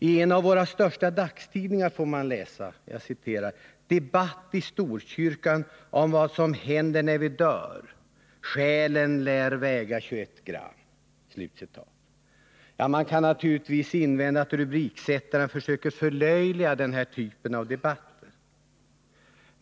I en av våra största dagstidningar får man läsa: ”Debatt i Storkyrkan om vad som händer när vi dör — själen lär väga 21 gram.” Ja — man kan naturligtvis invända att rubriksättaren försöker förlöjliga den här typen av debatter.